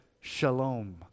shalom